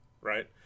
right